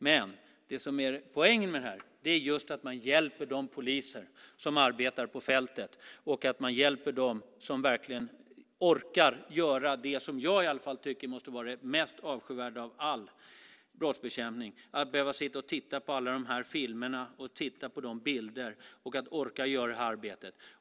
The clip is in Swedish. Det som är poängen är att man hjälper de poliser som arbetar på fältet och att man hjälper dem som verkligen orkar göra det som åtminstone jag tycker måste vara den mest avskyvärda av all brottsbekämpning: att behöva sitta och titta på alla dessa filmer och bilder, att orka göra detta arbete.